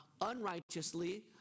unrighteously